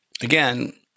again